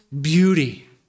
beauty